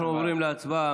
אנחנו עוברים להצבעה.